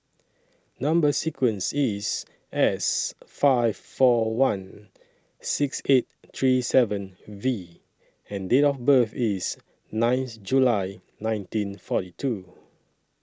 Number sequence IS S five four one six eight three seven V and Date of birth IS ninth July nineteen forty two